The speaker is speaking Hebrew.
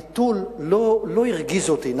חבר הכנסת נחמן שי, הביטול לא הרגיז אותי,